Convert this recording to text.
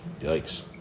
Yikes